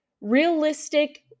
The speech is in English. realistic